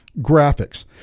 graphics